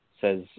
says